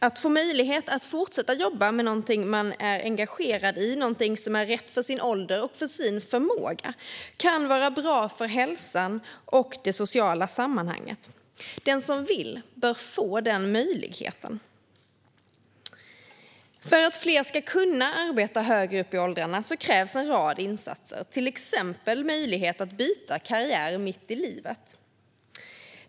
Att ha möjlighet att fortsätta jobba med någonting man är engagerad i och som är rätt för ens ålder och förmåga kan vara bra för hälsan och det sociala sammanhanget. Den som vill bör få den möjligheten. För att fler ska kunna arbeta högre upp i åldrarna krävs en rad insatser, till exempel möjlighet att byta karriär mitt i livet.